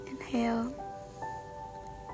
Inhale